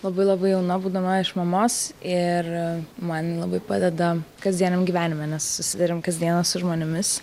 labai labai jauna būdama iš mamos ir man labai padeda kasdieniam gyvenime nes susiduriam kas dieną su žmonėmis